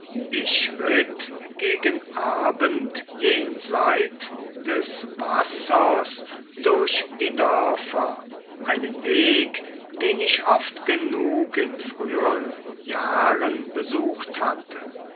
ich ritt gegen abend jenseits des wassers durch die dörfer einen weg den ich oft genug in früheren jahren besucht hatte